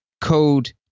code